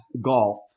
golf